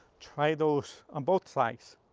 try those on both sides.